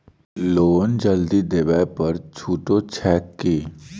Loan जल्दी देबै पर छुटो छैक की?